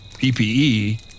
PPE